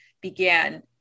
began